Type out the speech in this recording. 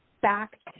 back